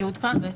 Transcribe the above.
יעודכן בהתאם,